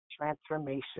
Transformation